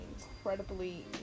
incredibly